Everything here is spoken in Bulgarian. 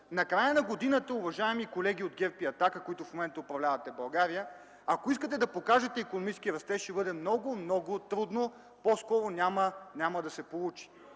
накрая на годината, уважаеми колеги от ГЕРБ и „Атака”, които в момента управлявате България, ако искате да покажете икономически растеж, ще бъде много, много трудно, по-скоро няма да се получи.